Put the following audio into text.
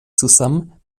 zusammen